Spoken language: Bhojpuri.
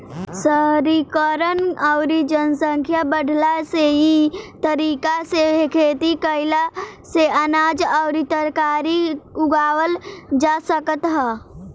शहरीकरण अउरी जनसंख्या बढ़ला से इ तरीका से खेती कईला से अनाज अउरी तरकारी उगावल जा सकत ह